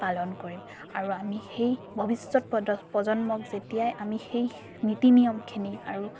পালন কৰিম আৰু আমি সেই ভৱিষ্যৎ পদ প্ৰজন্মক যেতিয়াই আমি সেই নীতি নিয়মখিনি আৰু